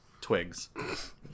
twigs